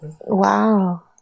wow